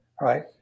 Right